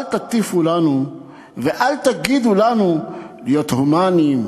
אל תטיפו לנו ואל תגידו לנו "להיות הומניים",